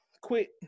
Quit